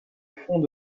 fonds